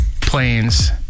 Planes